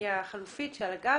אנרגיה חלופית של הגג?